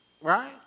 right